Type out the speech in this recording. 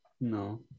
No